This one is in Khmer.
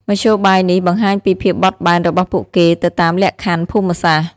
មធ្យោបាយនេះបង្ហាញពីភាពបត់បែនរបស់ពួកគេទៅតាមលក្ខខណ្ឌភូមិសាស្ត្រ។